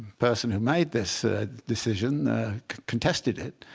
person who made this decision contested it.